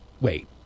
wait